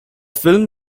film